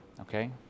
Okay